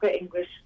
English